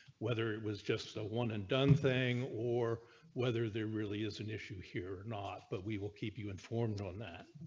whether it was just a one and done thing or whether they really is an issue here or not. but we will keep you informed on that.